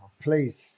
please